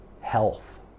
health